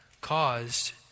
caused